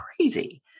crazy